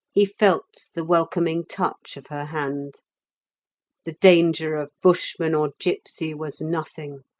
he felt the welcoming touch of her hand the danger of bushman or gipsy was nothing.